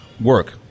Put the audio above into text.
work